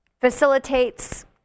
facilitates